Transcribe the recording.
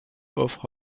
offre